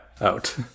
out